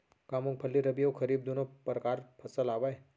का मूंगफली रबि अऊ खरीफ दूनो परकार फसल आवय?